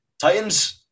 Titans